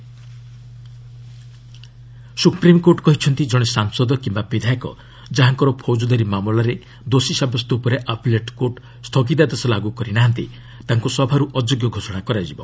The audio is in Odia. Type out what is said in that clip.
ଏସ୍ସି ଲ'ମେକର୍ସ ସୁପ୍ରିମକୋର୍ଟ କହିଛନ୍ତି ଜଣେ ସାଂସଦ କିମ୍ବା ବିଧାୟକ ଯାହାଙ୍କର ଫୌଜଦାରୀ ମାମଲାରେ ଦୋଷୀ ସାବ୍ୟସ୍ତ ଉପରେ ଆପେଲେଟ୍ କୋର୍ଟ ସ୍ଥଗିତାଦେଶ ଲାଗୁ କରିନାହାନ୍ତି ତାଙ୍କୁ ସଭାରୁ ଅଯୋଗ୍ୟ ଘୋଷଣା କରାଯିବ